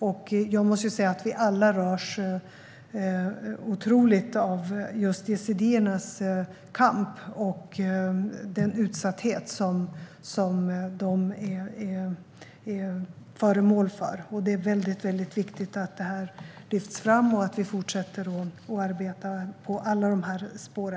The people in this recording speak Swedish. Vi rörs alla djupt av yazidiernas kamp och den utsatthet som de är föremål för. Det är viktigt att detta lyfts fram och att vi fortsätter att arbeta med alla dessa spår.